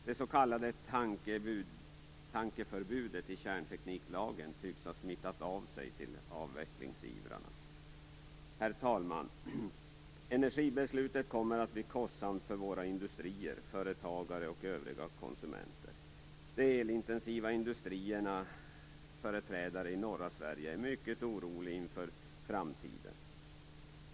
Det s.k. tankeförbudet i kärntekniklagen tycks ha smittat av sig till avvecklingsivrarna. Herr talman! Energibeslutet kommer att bli kostsamt för våra industrier, företagare och övriga konsumenter. De elintensiva industriernas företrädare i norra Sverige är mycket oroliga inför framtiden.